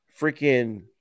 freaking